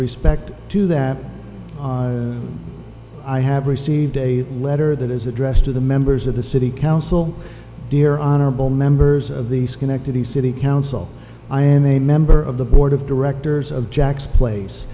respect to that i have received a letter that is addressed to the members of the city council dear honorable members of the schenectady city council i am a member of the board of directors of jack's place